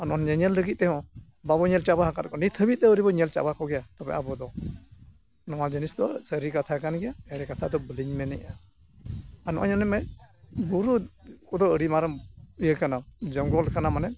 ᱱᱚᱜᱼᱚᱭ ᱧᱮᱧᱮᱞ ᱞᱟᱹᱜᱤᱫ ᱛᱮᱦᱚᱸ ᱵᱟᱵᱚᱱ ᱧᱮᱞ ᱪᱟᱵᱟ ᱟᱠᱟᱫ ᱠᱚᱣᱟ ᱱᱤᱛ ᱦᱟᱹᱵᱤᱡ ᱫᱚ ᱟᱹᱣᱨᱤᱵᱚᱱ ᱧᱮᱞ ᱪᱟᱵᱟ ᱠᱚᱜᱮᱭᱟ ᱛᱚᱵᱮ ᱟᱵᱚᱫᱚ ᱱᱚᱣᱟ ᱡᱤᱱᱤᱥ ᱫᱚ ᱥᱟᱹᱨᱤ ᱠᱟᱛᱷᱟ ᱠᱟᱱ ᱜᱮᱭᱟ ᱮᱲᱮ ᱠᱟᱛᱷᱟ ᱫᱚ ᱵᱟᱹᱞᱤᱧ ᱢᱮᱱᱮᱜᱼᱟ ᱟᱨ ᱱᱚᱜᱼᱚᱭ ᱧᱮᱞᱮᱢᱮ ᱵᱩᱨᱩ ᱠᱚᱫᱚ ᱟᱹᱰᱤ ᱢᱟᱨᱮ ᱤᱭᱟᱹ ᱠᱟᱱᱟ ᱡᱚᱝᱜᱚᱞ ᱠᱟᱱᱟ ᱢᱟᱱᱮ